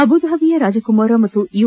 ಅಬುದಾಬಿಯ ರಾಜಕುಮಾರ ಮತ್ತು ಯು